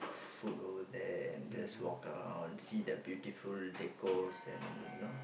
food over there and just walk around see the beautiful decors and you know